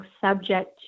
subject